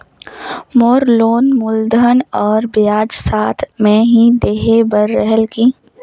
मोर loan मूलधन और ब्याज साथ मे ही देहे बार रेहेल की?